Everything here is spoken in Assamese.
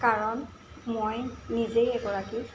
কাৰণ মই নিজেই এগৰাকী